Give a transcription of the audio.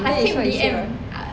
I actually D_M